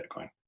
Bitcoin